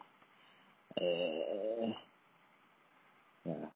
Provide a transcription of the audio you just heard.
uh